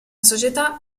società